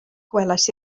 gwelais